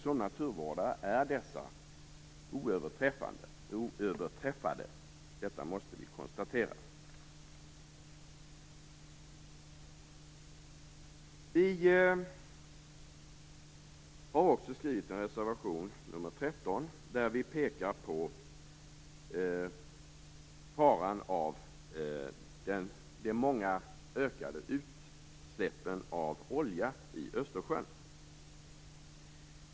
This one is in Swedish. Som naturvårdare är de oöverträffade. Det måste vi konstatera. I reservation nr 13 pekar vi på faran med de ökande utsläppen av olja i Östersjön.